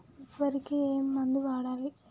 వరికి ఏ మందు వాడాలి?